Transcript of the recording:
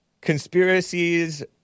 Conspiracies